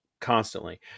Constantly